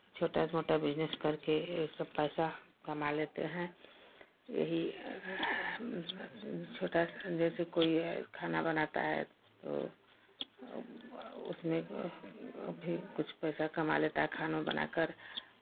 छोटा मोटा बिज़नेस करके सब पैसा कमा लेते हैं यही छोटा सा जैसे कोई है खाना बनाता है तो उसमें भी कुछ पैसा कमा लेता है खानों बना कर